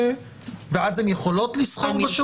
ואז הן יכולות לסחור בשוק?